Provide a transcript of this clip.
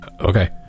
Okay